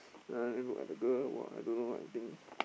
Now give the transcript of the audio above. uh then look at the girl !wah! I don't know what I think